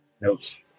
Notes